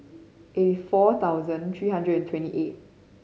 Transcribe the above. eighty four thousand three hundred and twenty eight